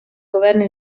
governo